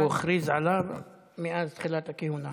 הוא הכריז עליו מאז תחילת הכהונה.